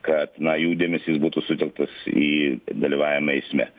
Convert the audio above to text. kad na jų dėmesys būtų sutelktas į dalyvavimą eisme